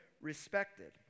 respected